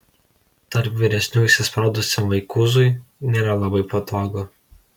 tarp vyresnių įsispraudusiam vaikūzui nėra labai patogu